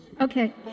Okay